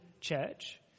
church